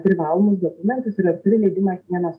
privalomus dokumentus ir ar turi leidimą higienos